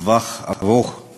לטווח ארוך על